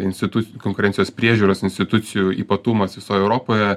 instituc konkurencijos priežiūros institucijų ypatumas visoj europoje